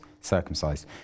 circumcised